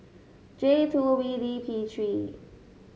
J two B D P three